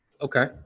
Okay